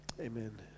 amen